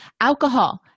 Alcohol